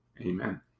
Amen